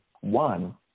One